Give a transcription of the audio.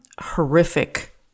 horrific